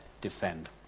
Defend